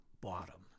bottom